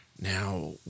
Now